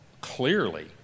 clearly